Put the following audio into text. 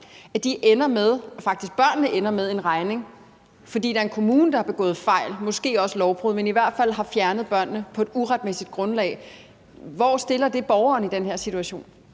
det børnene, der ender med det – en regning, fordi der er en kommune, der har begået fejl, måske også lovbrud, men i hvert fald har fjernet børnene på et uretmæssigt grundlag. Hvor stiller det borgeren i den her situation?